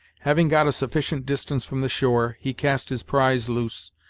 having got a sufficient distance from the shore, he cast his prize loose,